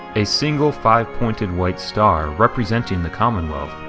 a single, five-pointed white star, representing the commonwealth,